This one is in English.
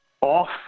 off